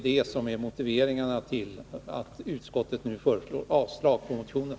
Det är motiveringen till att utskottet nu föreslår avslag på motionen.